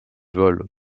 vole